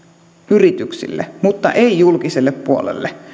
yrityksille mutta ei julkiselle puolelle